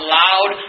loud